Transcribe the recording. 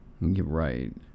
Right